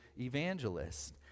evangelist